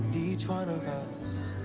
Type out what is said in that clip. each one of us